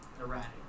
erratic